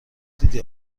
دیدی